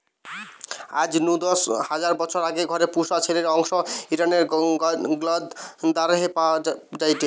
আজ নু দশ হাজার বছর আগে ঘরে পুশা ছেলির অংশ ইরানের গ্নজ দারেহে পাওয়া যায়টে